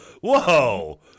Whoa